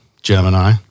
Gemini